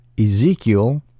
Ezekiel